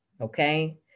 okay